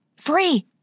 Free